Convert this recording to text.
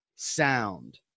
sound